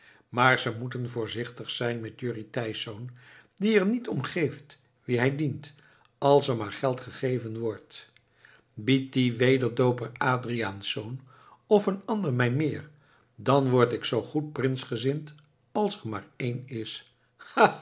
maar ze moeten voorzichtig zijn met jurrie thijsz die er niet om geeft wien hij dient als er maar geld gegeven wordt biedt die wederdooper adriaensz of een ander mij meer dan word ik zoo goed prinsgezind als er maar een is